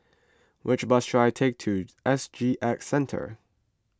which bus should I take to S G X Centre